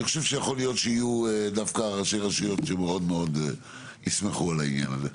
אני חושב שיכול להיות שיהיו רשויות שמאוד מאוד ישמחו על העניין הזה.